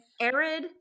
arid